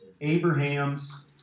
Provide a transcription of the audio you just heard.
Abraham's